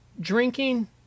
drinking